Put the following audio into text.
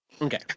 Okay